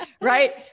right